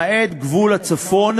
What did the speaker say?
למעט גבול הצפון,